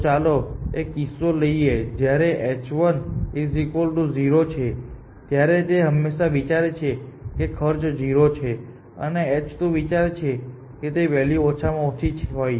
તો ચાલો એક કિસ્સો લઈએ જ્યારે h1 0 છે ત્યારે તે હંમેશાં વિચારે છે ખર્ચ 0 છે અને h2 વિચારે છે કે તે વેલ્યુ ઓછામાં ઓછી હોય